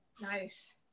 nice